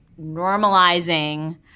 normalizing